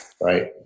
right